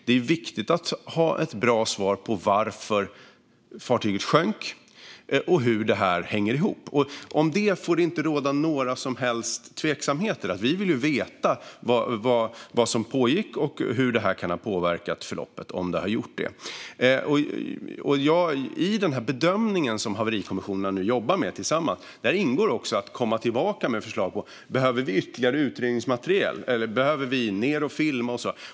Det är ju viktigt att ha ett bra svar på varför fartyget sjönk och hur det här hänger ihop. Om detta får det inte råda några som helst tveksamheter. Vi vill veta vad som pågick och hur detta kan ha påverkat förloppet, om det har gjort det. I den bedömning som haverikommissionerna nu jobbar med tillsammans ingår att komma tillbaka med förslag när det gäller om vi behöver ytterligare utredningsmaterial eller om vi behöver gå ned och filma.